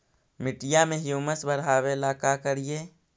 मिट्टियां में ह्यूमस बढ़ाबेला का करिए?